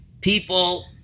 people